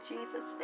Jesus